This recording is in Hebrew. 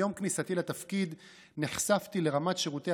מיום כניסתי לתפקיד נחשפתי לרמת שירותי